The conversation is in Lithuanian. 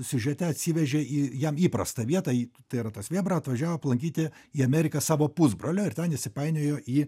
siužete atsivežė į jam įprastą vietą į tai yra tas vėbra atvažiavo aplankyti į ameriką savo pusbrolio ir ten įsipainiojo į